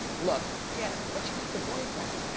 look, yeah but you got the boyfriend. i